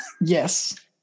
yes